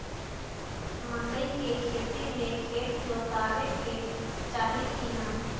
मकई के खेती मे खेत जोतावे के चाही किना?